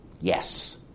Yes